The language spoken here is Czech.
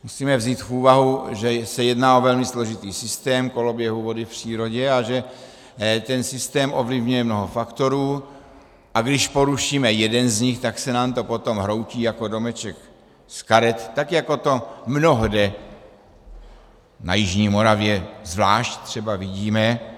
Musíme vzít v úvahu, že se jedná o velmi složitý systém koloběhu vody v přírodě a že ten systém ovlivňuje mnoho faktorů, a když porušíme jeden z nich, tak se nám to potom hroutí jako domeček z karet tak, jako to mnohde na jižní Moravě zvlášť třeba vidíme.